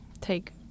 take